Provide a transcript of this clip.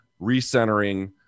recentering